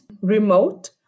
remote